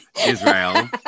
Israel